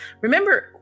remember